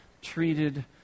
treated